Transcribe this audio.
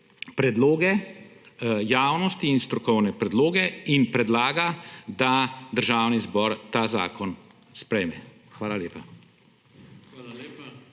predloge javnosti in strokovne predloge in predlaga, da Državni zbor ta zakon sprejme. Hvala lepa.